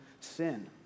sin